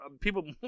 people